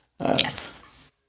Yes